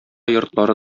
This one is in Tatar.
йортлары